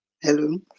hello